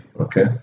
okay